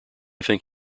think